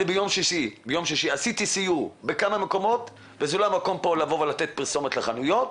ביום שישי עשיתי סיור בכמה מקומות וזה לא המקום כאן לתת פרסומת לחנויות,